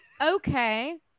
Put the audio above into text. Okay